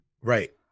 Right